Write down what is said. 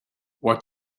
what